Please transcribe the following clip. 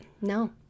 no